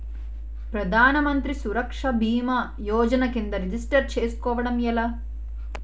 ప్రధాన మంత్రి సురక్ష భీమా యోజన కిందా రిజిస్టర్ చేసుకోవటం ఎలా?